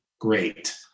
great